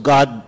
God